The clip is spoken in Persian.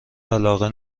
علاقه